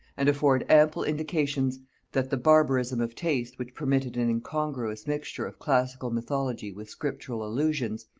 and afford ample indications that the barbarism of taste which permitted an incongruous mixture of classical mythology with scriptural allusions,